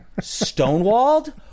stonewalled